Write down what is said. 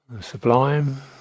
sublime